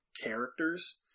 characters